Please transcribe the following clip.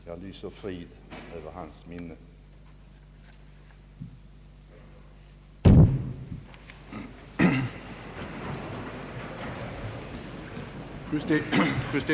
Jag lyser frid över hans minne.